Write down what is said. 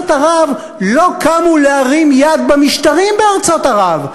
ערב לא קמו להרים יד במשטרים בארצות ערב.